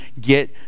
get